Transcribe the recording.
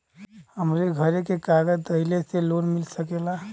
हमरे घरे के कागज दहिले पे लोन मिल सकेला?